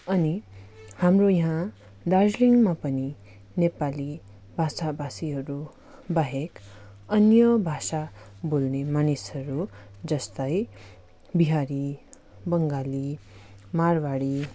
अनि हाम्रो यहाँ दार्जिलिङमा पनि नेपाली भाषा भाषीहरू बाहेक अन्य भाषा बोल्ने मानिसहरू जस्तै बिहारी बङ्गाली माडवाडी